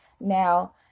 now